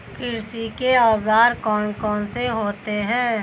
कृषि के औजार कौन कौन से होते हैं?